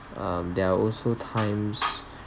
um there are also times